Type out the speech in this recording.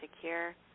secure